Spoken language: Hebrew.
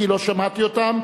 כי לא שמעתי אותם,